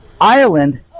Ireland